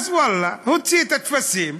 אז, ואללה, הוציא את הטפסים,